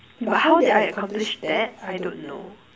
but how did I accomplish that I don't know